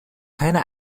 keine